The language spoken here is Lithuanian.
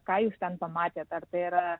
ką jūs ten pamatėt ar tai yra